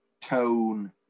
tone